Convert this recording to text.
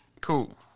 Cool